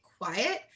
quiet